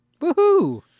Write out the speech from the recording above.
Woohoo